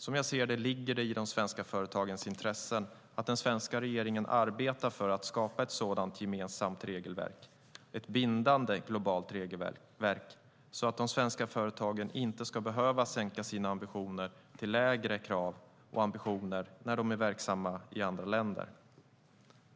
Som jag ser det ligger det i de svenska företagens intresse att den svenska regeringen arbetar för att skapa ett gemensamt, bindande globalt regelverk så att de svenska företagen inte ska behöva sänka sina ambitioner till lägre krav och ambitioner när de är verksamma i andra länder.